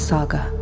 Saga